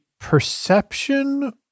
Perception